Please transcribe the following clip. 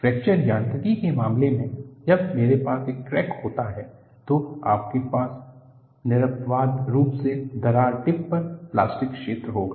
fracture यांत्रिकी के मामले में जब मेरे पास एक क्रैक होता है तो आपके पास निरपवाद रूप से दरार टिप पर प्लास्टिक क्षेत्र होगा